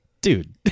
dude